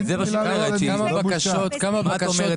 אנחנו כמובן